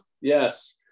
Yes